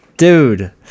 dude